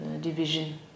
division